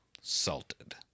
salted